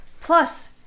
Plus